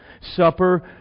Supper